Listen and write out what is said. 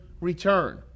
return